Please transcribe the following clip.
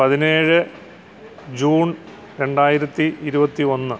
പതിനേഴ് ജൂൺ രണ്ടായിരത്തി ഇരുപത്തി ഒന്ന്